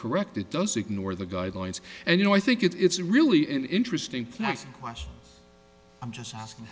correct it does ignore the guidelines and you know i think it's really an interesting next question i'm just asking